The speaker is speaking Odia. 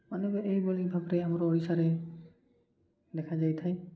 ମାନେ ବି ଏହିଭଳି ଭାବରେ ଆମର ଓଡ଼ିଶାରେ ଦେଖାଯାଇଥାଏ